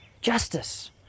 Justice